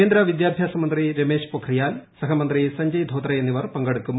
കേന്ദ്ര വിദ്യാഭ്യാസ മന്ത്രി രമേശ് പൊഖ്രിയാൽ സഹമന്ത്രി സഞ്ജയ് ധോത്രെ എന്നിവർ പങ്കെടുക്കും